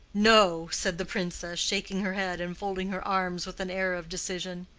no, said the princess, shaking her head and folding her arms with an air of decision.